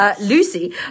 Lucy